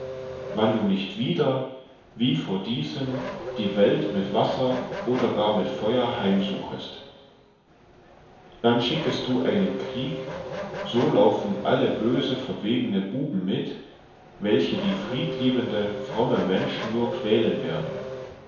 wann du nicht wieder wie vor diesem die welt mit wasser oder gar mit feur heimsuchest dann schickest du einen krieg so laufen alle böse verwegene buben mit welche die friedliebende fromme menschen nur quälen werden